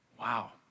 wow